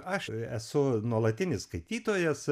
aš esu nuolatinis skaitytojas